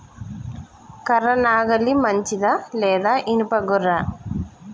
కర్ర నాగలి మంచిదా లేదా? ఇనుప గొర్ర?